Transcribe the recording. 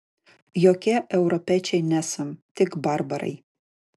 jokie europiečiai nesam tik barbarai